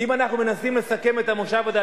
כי אם אנחנו מנסים לסכם את המושב הזה,